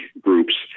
groups